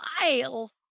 miles